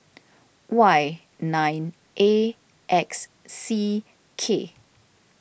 Y nine A X C K